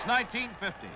1950